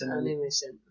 animation